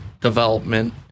development